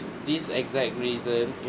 this exact reason you